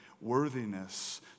worthiness